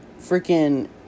freaking